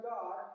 God